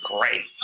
great